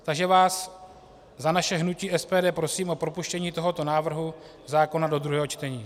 Takže vás za naše hnutí SPD prosím o propuštění tohoto návrhu zákona do druhého čtení.